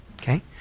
okay